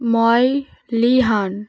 ময় লি হান